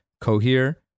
Cohere